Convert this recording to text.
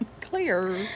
clear